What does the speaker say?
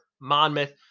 Monmouth